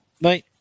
bye